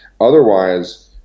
Otherwise